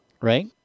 right